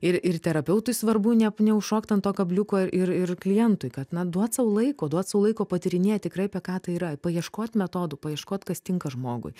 ir ir terapeutui svarbu ne neužšokt ant to kabliuko ir ir klientui kad na duoti sau laiko duoti sau laiko patyrinėti apie ką tai yra paieškot metodų paieškot kas tinka žmogui